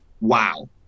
wow